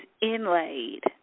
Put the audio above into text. inlaid